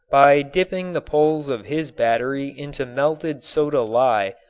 by dipping the poles of his battery into melted soda lye,